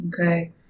Okay